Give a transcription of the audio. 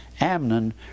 Amnon